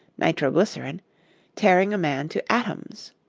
nitroglycerin tearing a man to atoms.